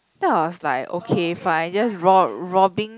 then I was like okay fine just ro~ robbing